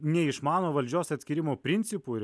neišmano valdžios atskyrimo principų ir